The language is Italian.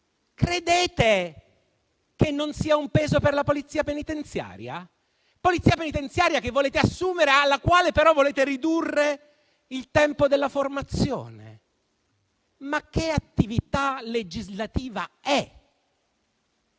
Credete che ciò non sia un peso per la Polizia penitenziaria? Una Polizia penitenziaria che volete assumere, riducendone però il tempo della formazione. Che attività legislativa è?